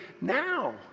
now